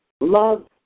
love